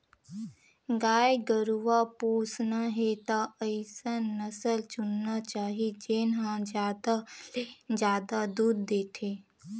गाय गरूवा पोसना हे त अइसन नसल चुनना चाही जेन ह जादा ले जादा दूद देथे